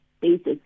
basis